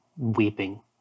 Weeping